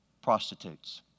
prostitutes